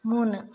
മൂന്ന്